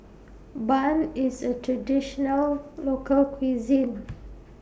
Bun IS A Traditional Local Cuisine